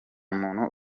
muntu